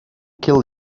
kill